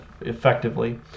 effectively